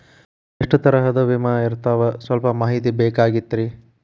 ಎಷ್ಟ ತರಹದ ವಿಮಾ ಇರ್ತಾವ ಸಲ್ಪ ಮಾಹಿತಿ ಬೇಕಾಗಿತ್ರಿ